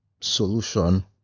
solution